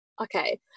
okay